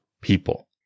people